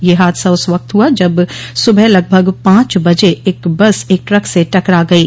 यह हादसा उस वक्त हुआ जब सुबह लगभग पांच बजे एक बस एक ट्रक से टकरा गयी